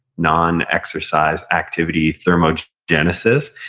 non exercise activity thermogenesis,